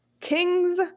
kings